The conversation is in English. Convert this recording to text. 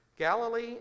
Galilee